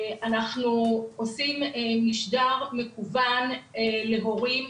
אנחנו עושים משדר מקוון להורים,